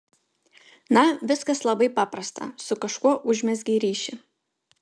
na viskas labai paprasta su kažkuo užmezgei ryšį